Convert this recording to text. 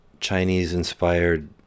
Chinese-inspired